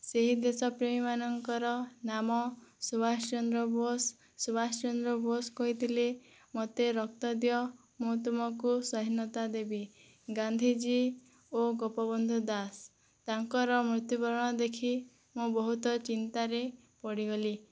ସେହି ଦେଶପ୍ରେମୀମାନଙ୍କର ନାମ ସୁଭାଷ ଚନ୍ଦ୍ର ବୋଷ ସୁଭାଷ ଚନ୍ଦ୍ର ବୋଷ କହିଥିଲେ ମୋତେ ରକ୍ତ ଦିଅ ମୁଁ ତୁମକୁ ସ୍ୱାଧୀନତା ଦେବି ଗାନ୍ଧିଜୀ ଓ ଗୋପବନ୍ଧୁ ଦାସ ତାଙ୍କର ମୃତ୍ୟୁବରଣ ଦେଖି ମୁଁ ବହୁତ ଚିନ୍ତାରେ ପଡ଼ିଗଲି